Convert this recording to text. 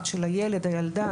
הילדה,